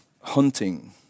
hunting